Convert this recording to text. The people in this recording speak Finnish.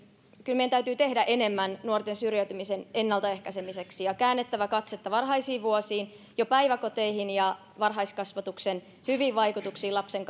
kyllä meidän täytyy tehdä enemmän nuorten syrjäytymisen ennalta ehkäisemiseksi ja käännettävä katsetta varhaisiin vuosiin jo päiväkoteihin ja varhaiskasvatuksen hyviin vaikutuksiin lapsen